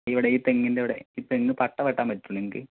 ഇവിടെ ഈ തെങ്ങിൻ്റവടെ ഈ തെങ്ങ് പട്ട വെട്ടാൻ പറ്റൂലെ ഇങ്ങക്ക്